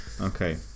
Okay